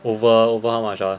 over over how much ah